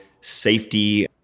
Safety